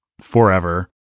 forever